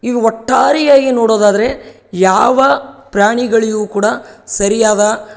ಇವು ಒಟ್ಟಾರೆಯಾಗಿ ನೋಡೋದಾದರೆ ಯಾವ ಪ್ರಾಣಿಗಳಿಗೂ ಕೂಡ ಸರಿಯಾದ